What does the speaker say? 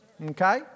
Okay